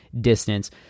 distance